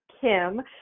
Kim